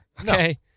Okay